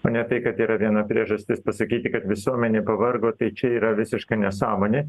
o ne tai kad yra viena priežastis pasakyti kad visuomenė pavargo tai čia yra visiška nesąmonė